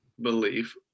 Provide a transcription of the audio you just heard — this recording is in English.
belief